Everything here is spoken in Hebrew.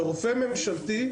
לרופא ממשלתי,